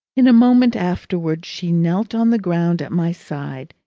in a moment afterwards, she knelt on the ground at my side,